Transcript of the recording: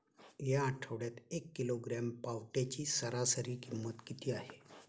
या आठवड्यात एक किलोग्रॅम पावट्याची सरासरी किंमत किती आहे?